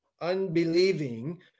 unbelieving